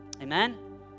Amen